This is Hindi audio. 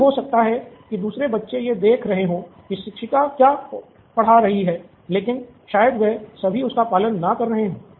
यह भी हो सकता है कि दूसरे बच्चे यह देख रहे हों कि शिक्षक क्या पढ़ा रहा है लेकिन शायद वे सभी उसका पालन ना कर रहे हो